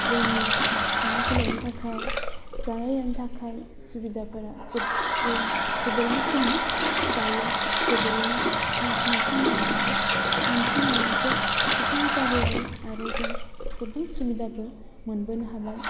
जोंनि थांलाय फैलायनि थाखाय जानाय लोंनायनि थाखाय सुबिदाफोरा जोबोरैनो खममोन दायो जोबोरैनो मोनसेनि उनाव मोनसे मोनसेनि उनाव मोनसे मोजां जाबोबाय आरो जों गोबां सुबिदाबो मोनबोनो हाबाय